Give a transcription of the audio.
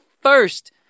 first